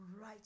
right